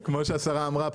כמו שהשרה אמרה,